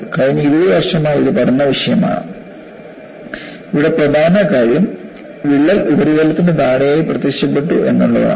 കഴിഞ്ഞ 20 വർഷമായി ഇത് പഠനവിഷയമാണ് ഇവിടെ പ്രധാന കാര്യം വിള്ളൽ ഉപരിതലത്തിന് താഴെയായി പ്രത്യക്ഷപ്പെട്ടു എന്നതാണ്